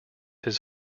his